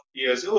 years